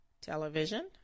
Television